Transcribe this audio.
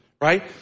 right